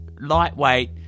lightweight